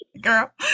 girl